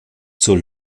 zur